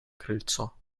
крыльцо